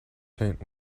paint